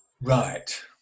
Right